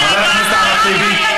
חבר הכנסת אחמד טיבי.